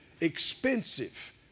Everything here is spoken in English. expensive